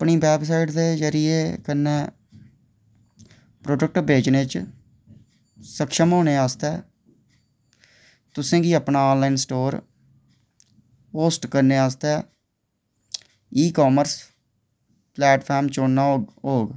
अपनी वैबसाइट दे जरि'ये कन्नै प्रोडक्ट बेचने च सक्षम होने आस्तै तुसें गी अपना ऑनलाइन स्टोर होस्ट करने आस्तै ई कामर्स प्लेटफार्म चुनना होग